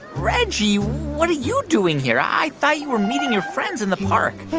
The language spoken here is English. reggie, what are you doing here? i thought you were meeting your friends in the park